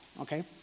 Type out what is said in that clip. Okay